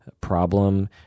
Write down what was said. problem